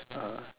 uh